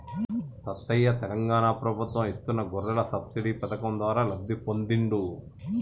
సత్తయ్య తెలంగాణ ప్రభుత్వం ఇస్తున్న గొర్రెల సబ్సిడీ పథకం ద్వారా లబ్ధి పొందిండు